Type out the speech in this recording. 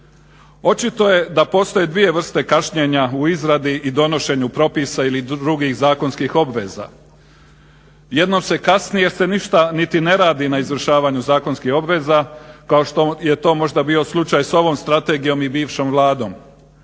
Očito je da postoje dvije vrste kašnjenja u izradi i donošenju propisa ili drugih zakonskih obveza. Jednom se kasni jer se ništa niti ne radi na izvršavanju zakonskih obveza kao što je to možda bio slučaj s ovom strategijom i bivšom vladom.